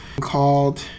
called